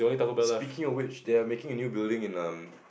speaking of which they are making a new building in um